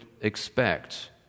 expect